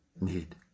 need